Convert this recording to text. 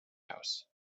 house